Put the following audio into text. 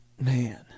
Man